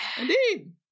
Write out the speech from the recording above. Indeed